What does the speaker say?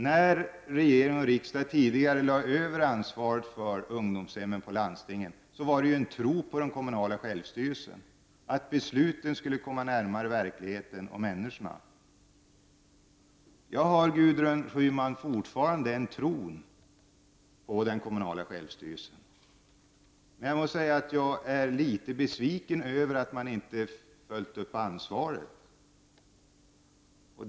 När regering och riksdag tidigare lade över ansvaret för ungdomshemmen på landstingen, gjordes det med utgångspunkt i en tro på den kommunala självstyrelsen, där besluten skulle komma närmare verkligheten och människorna. Jag har fortfarande en tro på den kommunala självstyrelsen, men jag måste säga att jag är litet besviken över att man inte har följt upp ansvaret.